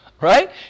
right